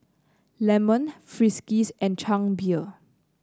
Friskies and Chang Beer